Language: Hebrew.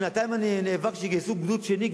שנתיים אני נאבק שיגייסו גדוד שני,